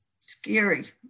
Scary